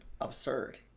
absurd